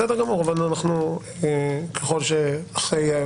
כרגע להבנתי.